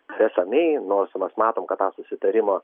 teresą mei nors mes matom kad tą susitarimą